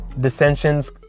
dissensions